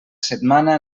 setmana